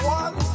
one